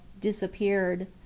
disappeared